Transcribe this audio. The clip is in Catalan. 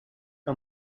que